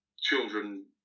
children